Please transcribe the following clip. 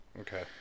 Okay